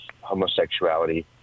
homosexuality